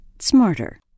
smarter